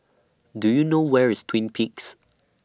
Do YOU know Where IS Twin Peaks